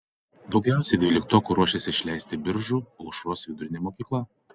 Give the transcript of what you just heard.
daugiausiai dvyliktokų ruošiasi išleisti biržų aušros vidurinė mokykla